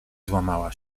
złamała